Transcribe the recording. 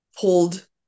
pulled